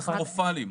קטסטרופליים.